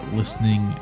listening